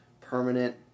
permanent